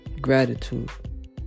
Gratitude